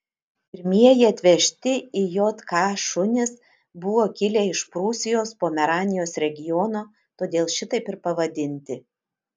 pirmieji atvežti į jk šunys buvo kilę iš prūsijos pomeranijos regiono todėl šitaip ir pavadinti